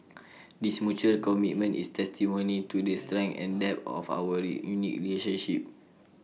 this mutual commitment is testimony to the strength and depth of our unique relationship